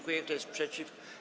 Kto jest przeciw?